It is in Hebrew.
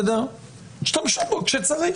תשתמשו בו כשצריך.